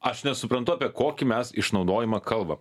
aš nesuprantu apie kokį mes išnaudojimą kalbam